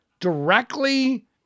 directly